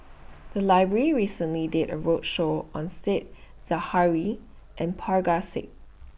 The Library recently did A roadshow on Said Zahari and Parga Singh